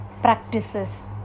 practices